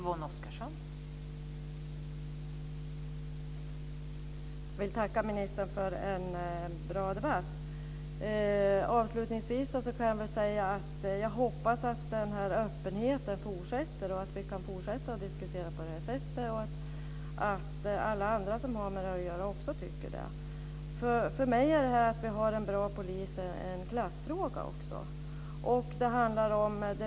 Fru talman! Jag vill tacka ministern för en bra debatt. Avslutningsvis kan jag säga att jag hoppas att denna öppenhet fortsätter och att vi kan fortsätta att diskutera på detta sätt och att alla andra som har med detta att göra också tycker det. För mig är en bra polis också en klassfråga.